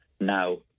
Now